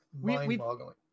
mind-boggling